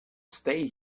stay